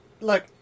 look